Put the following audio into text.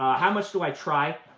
how much do i try?